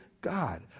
God